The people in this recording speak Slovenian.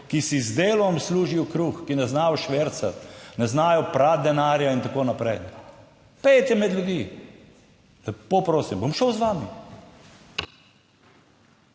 ki si z delom služijo kruh, ki ne znajo švercati, ne znajo prati denarja in tako naprej. Pojdite med ljudi, lepo prosim, bom šel z vami.